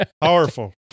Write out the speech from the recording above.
Powerful